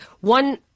one